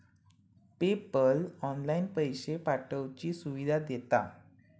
PayPal online पैशे पाठवुची सुविधा देता